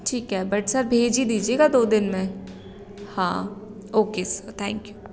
ठीक है but sir भेज ही दीजिएगा दो दिन में हाँ ओके सर थैंक यू